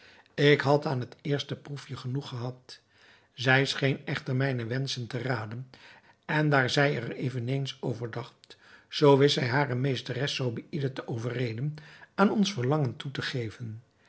ik had aan het eerste proefje genoeg gehad zij scheen echter mijne wenschen te raden en daar zij er eveneens over dacht zoo wist zij hare meesteres zobeïde te overreden aan ons verlangen toe te geven